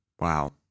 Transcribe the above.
Wow